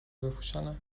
بپوشانم